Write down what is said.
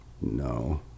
no